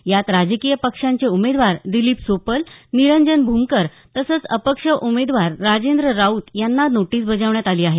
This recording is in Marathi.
यात राजकीय पक्षांचे उमेदवार दिलीप सोपल निरंजन भुमकर तसंच अपक्ष उमेदवार राजेंद्र राऊत यांना नोटीस बजावण्यात आली आहे